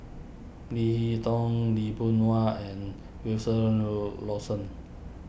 Leo Tong Lee Boon Wang and Lawson